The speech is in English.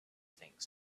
things